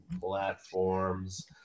platforms